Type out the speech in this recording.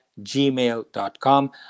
gmail.com